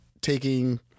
taking